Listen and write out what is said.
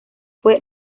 fue